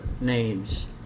names